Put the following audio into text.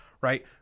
Right